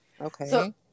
Okay